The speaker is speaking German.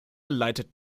leitet